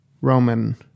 Roman